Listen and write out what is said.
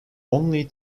only